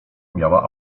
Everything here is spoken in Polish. miała